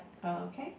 okay